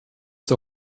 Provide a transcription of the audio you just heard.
der